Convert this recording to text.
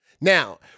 Now